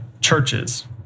churches